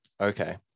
okay